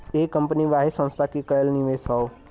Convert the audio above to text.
एक कंपनी वाहे संस्था के कएल निवेश हौ